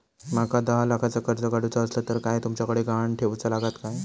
माका दहा लाखाचा कर्ज काढूचा असला तर काय तुमच्याकडे ग्हाण ठेवूचा लागात काय?